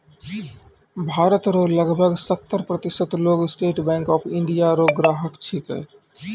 भारत रो लगभग सत्तर प्रतिशत लोग स्टेट बैंक ऑफ इंडिया रो ग्राहक छिकै